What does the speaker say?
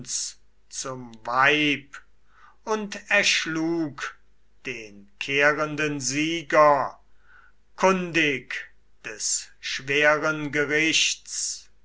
zum weib und erschlug den kehrenden sieger kundig des schweren